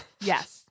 Yes